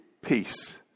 peace